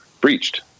breached